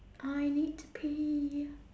I need to pee